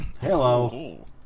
Hello